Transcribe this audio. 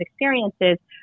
experiences